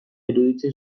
iruditzen